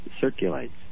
circulates